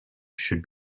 should